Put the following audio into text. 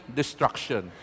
destruction